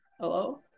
Hello